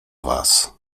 was